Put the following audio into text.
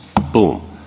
Boom